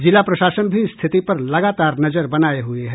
जिला प्रशासन भी स्थिति पर लगातार नजर बनाये हुए हैं